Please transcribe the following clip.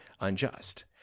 unjust